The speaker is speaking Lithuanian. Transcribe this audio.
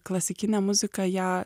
klasikinę muziką ją